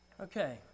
Okay